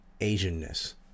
Asian-ness